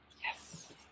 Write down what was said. Yes